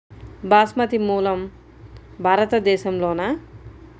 బాస్మతి మూలం భారతదేశంలోనా?